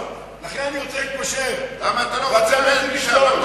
לכן אני רוצה להתפשר, ואתם רוצים לגזול.